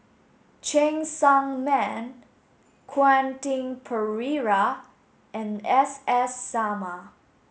Cheng Tsang Man Quentin Pereira and S S Sarma